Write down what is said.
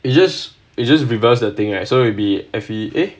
it just it just reverse the thing right so maybe F E eh